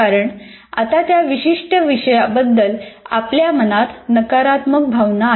कारण आता त्या विशिष्ट विषयाबद्दल आपल्या मनात नकारात्मक भावना आहे